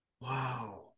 Wow